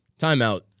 timeout